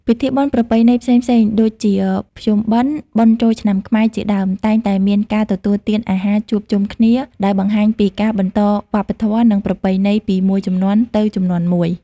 ពិធីបុណ្យប្រពៃណីផ្សេងៗដូចជា ភ្ជុំបិណ្ឌ បុណ្យចូលឆ្នាំខ្មែរ ជាដើម តែងតែមានការទទួលទានអាហារជួបជុំគ្នា ដែលបង្ហាញពីការបន្តវប្បធម៌ និងប្រពៃណីពីមួយជំនាន់ទៅជំនាន់មួយ។